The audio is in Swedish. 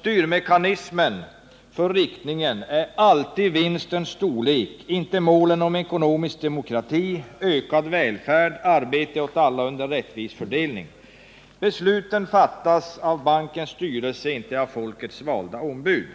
Styrmekanismen för riktningen är alltid vinstens storlek — inte målen om ekonomisk demokrati, ökad välfärd, arbete åt alla under rättvis fördelning. Besluten fattas av bankens styrelse — inte av folkets valda ombud.